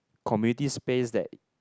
community space that